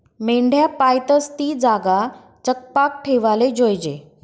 मेंढ्या पायतस ती जागा चकपाक ठेवाले जोयजे